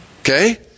Okay